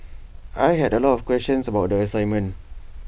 I had A lot of questions about the assignment